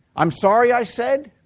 i'm sorry? i said.